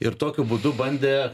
ir tokiu būdu bandė